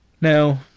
Now